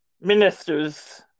ministers